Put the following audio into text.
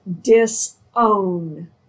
disown